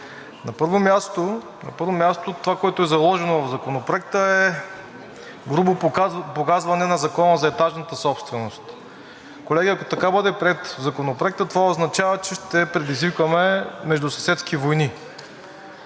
На първо място това, което е заложено в Законопроекта е грубо погазване на Закона за етажната собственост. Колеги, ако така бъде приет Законопроектът това означава, че ще предизвикаме междусъседски войни.